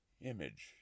image